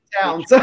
down